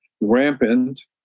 rampant